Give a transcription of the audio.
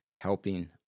helping